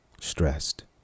stressed